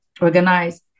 organize